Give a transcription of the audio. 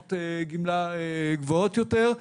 רמות גמלה גבוהות יותר.